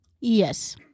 Yes